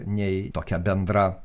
nei tokia bendra